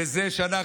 בזה שאנחנו,